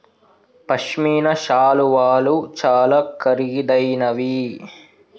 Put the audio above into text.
పశ్మిన శాలువాలు చాలా ఖరీదైనవి